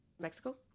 Mexico